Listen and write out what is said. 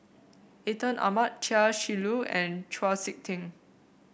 Atin Amat Chia Shi Lu and Chau SiK Ting